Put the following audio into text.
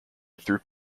through